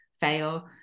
fail